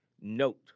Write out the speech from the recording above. Note